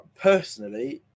personally